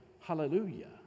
Hallelujah